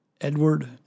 Edward